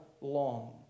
long